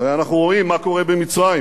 הרי אנחנו רואים מה קורה במצרים,